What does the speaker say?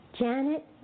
Janet